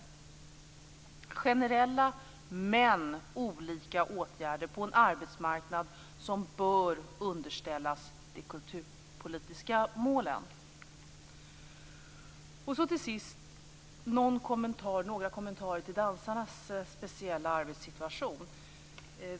Det är generella men olika åtgärder på en arbetsmarknad som bör underställas de kulturpolitiska målen. Till sist några kommentarer till dansarnas speciella arbetssituation.